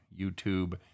YouTube